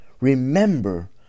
remember